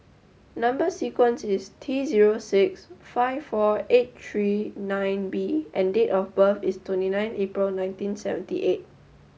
number sequence is T zero six five four eight three nine B and date of birth is twenty nine April nineteen seventy eight